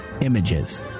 images